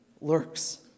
lurks